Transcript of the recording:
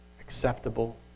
acceptable